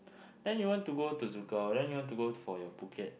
then you want to go to ZoukOut then you want to go for your Phuket